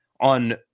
on